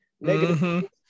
negative